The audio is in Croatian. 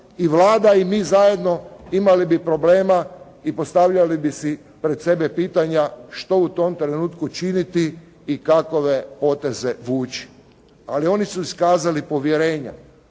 i Vlada i mi zajedno imali bi problema i postavljali bi si pred sebe pitanja što u tom trenutku činiti i kakove poteze vući. Ali oni su iskazali povjerenje